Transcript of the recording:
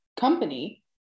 company